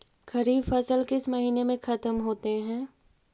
खरिफ फसल किस महीने में ख़त्म होते हैं?